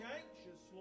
anxious